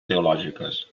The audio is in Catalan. teològiques